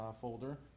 folder